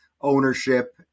ownership